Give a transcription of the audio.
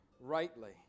rightly